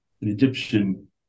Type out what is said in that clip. Egyptian